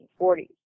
1940s